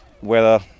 weather